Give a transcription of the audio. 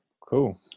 cool